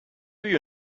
you